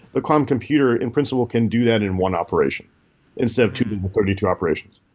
the quantum computer in principle can do that in one operation instead of two to the thirty two operations.